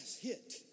hit